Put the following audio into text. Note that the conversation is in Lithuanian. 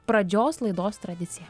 pradžios laidos tradicija